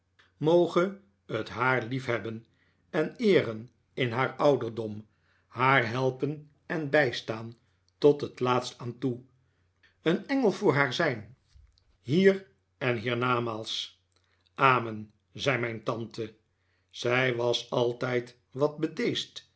moge het haar liefhebben en eeren in haar ouderdom haar helpen en bijstaan tot het laatst aan toe een engel voor haar zijn hier en hiernamaals amen zei mijn tante zij was altijd wat